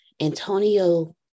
Antonio